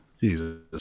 Jesus